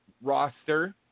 roster